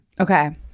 okay